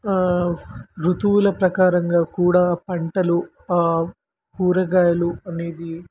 ఋతువుల ప్రకారంగా కూడా పంటలు కూరగాయలు అనేది